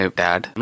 dad